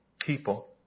people